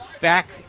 back